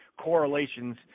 correlations